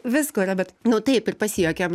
visko yra bet nu taip ir pasijuokiam